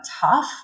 tough